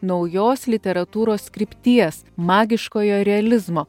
naujos literatūros krypties magiškojo realizmo